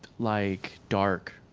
like dark.